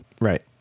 Right